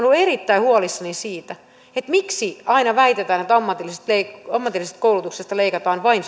ollut erittäin huolissani siitä miksi aina väitetään että ammatillisesta koulutuksesta leikataan vain